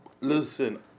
Listen